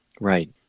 Right